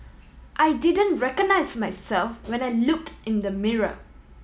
I didn't recognise myself when I looked in the mirror